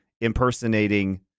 impersonating